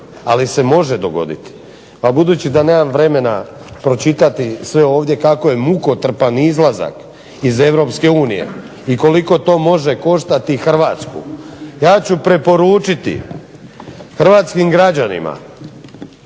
ali se može dogoditi. Ali budući da nemam vremena pročitati sve ovdje kako je mukotrpan izlazak iz Europske unije i koliko to može koštati Hrvatsku ja ću preporučiti hrvatskim građanima